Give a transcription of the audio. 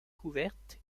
couverte